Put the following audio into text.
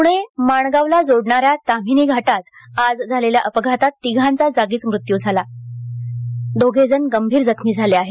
पुणे माणगावला जोडणा या ताम्हाणी घाटात आज झालेल्या अपघातात तिघांचा जागीच मृत्यू झाला असून दोघे गंभीर जखमी झाले आहेत